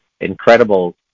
incredible